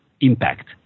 impact